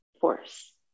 force